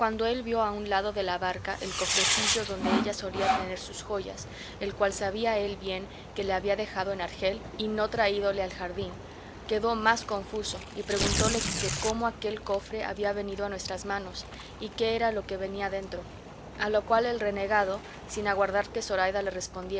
vio a un lado de la barca el cofrecillo donde ella solía tener sus joyas el cual sabía él bien que le había dejado en argel y no traídole al jardín quedó más confuso y preguntóle que cómo aquel cofre había venido a nuestras manos y qué era lo que venía dentro a lo cual el renegado sin aguardar que zoraida le